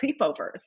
sleepovers